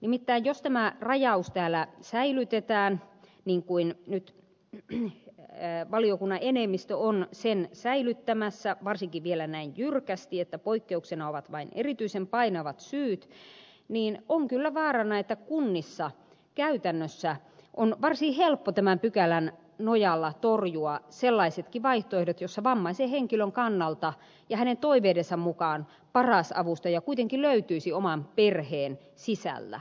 nimittäin jos tämä rajaus täällä säilytetään niin kuin nyt valiokunnan enemmistö on sen säilyttämässä varsinkin vielä näin jyrkästi että poikkeuksena ovat vain erityisen painavat syyt niin on kyllä vaarana että kunnissa käytännössä on varsin helppo tämän pykälän nojalla torjua sellaisetkin vaihtoehdot joissa vammaisen henkilön kannalta ja hänen toiveidensa mukaan paras avustaja kuitenkin löytyisi oman perheen sisältä